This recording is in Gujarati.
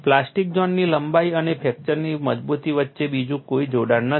પ્લાસ્ટિક ઝોનની લંબાઈ અને ફ્રેક્ચરની મજબૂતી વચ્ચે બીજું કોઈ જોડાણ નથી